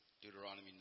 Deuteronomy